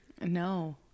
No